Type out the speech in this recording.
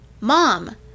Mom